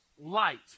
light